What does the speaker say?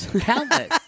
Countless